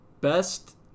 Best